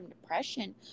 depression